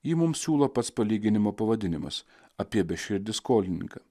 jį mums siūlo pats palyginimo pavadinimas apie beširdį skolininką